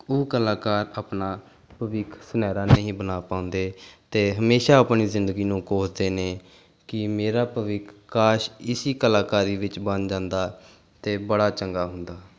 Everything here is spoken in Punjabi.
ਉਹ ਕਲਾਕਾਰ ਆਪਣਾ ਭਵਿੱਖ ਸੁਨਹਿਰਾ ਨਹੀਂ ਬਣਾ ਪਾਉਂਦੇ ਅਤੇ ਹਮੇਸ਼ਾ ਆਪਣੀ ਜ਼ਿੰਦਗੀ ਨੂੰ ਕੋਸਦੇ ਨੇ ਕਿ ਮੇਰਾ ਭਵਿੱਖ ਕਾਸ਼ ਇਸੀ ਕਲਾਕਾਰੀ ਵਿੱਚ ਬਣ ਜਾਂਦਾ ਤਾਂ ਬੜਾ ਚੰਗਾ ਹੁੰਦਾ